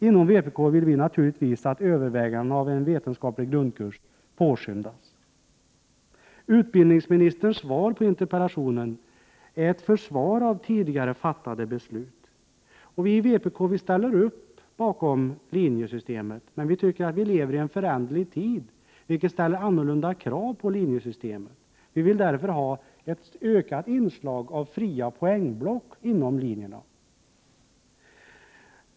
Inom vpk vill vi naturligtvis att övervägandena av en vetenskaplig grundkurs påskyndas. Utbildningsministerns svar på interpellationen är ett försvar av tidigare fattade beslut. Vi i vpk ställer upp bakom linjesystemet, men vi tycker att vi lever i en föränderlig tid, vilket ställer andra krav på linjesystemet. Vi vill därför ha ett ökat inslag av fria poängblock inom linjerna.